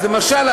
אז למשל,